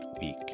week